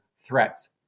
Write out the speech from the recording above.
threats